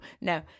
no